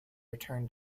return